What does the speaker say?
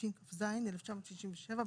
התשכ"ז 1967,